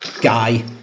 Guy